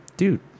Dude